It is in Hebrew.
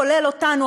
כולל אותנו,